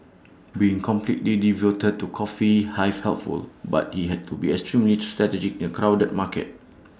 being completely devoted to coffee hive helpful but he had to be extremely strategic in crowded market